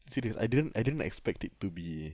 serious I didn't I didn't expect it to be